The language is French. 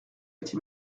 été